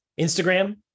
Instagram